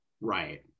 right